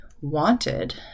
wanted